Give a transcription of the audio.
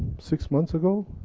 six months ago,